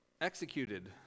executed